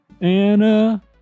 Anna